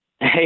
Hey